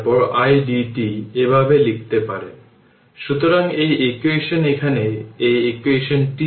এটি আসলে 12 cv 2 হবে যদি t এর একটি ফাংশন হিসাবে নেওয়া হয় তাহলে 12 c v 2 ইনফিনিটি কিন্তু v ইনফিনিটি 0